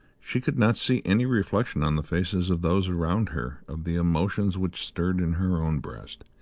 she could not see any reflection on the faces of those around her of the emotions which stirred in her own breast.